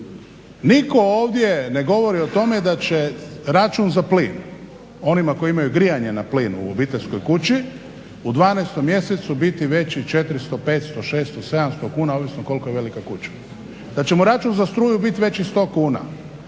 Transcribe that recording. Nitko ovdje ne govori o tome da će račun za plin onima koji imaju grijanje na plin u obiteljskoj kući u 12. mjesecu biti veći 400, 500, 600, 700 kuna, ovisno koliko je velika kuća, da će mu račun za struju biti veći 100 kuna,